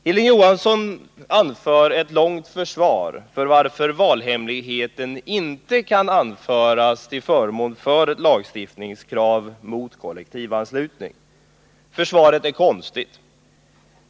Hilding Johansson argumenterade med stor intensitet för åsikten att valhemligheten inte kan anföras som argument för ett lagstiftningskrav mot kollektivanslutning. Argumenten är konstiga.